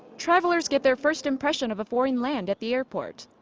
travelers get their first impression of a foreign land at the airport.